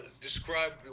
Describe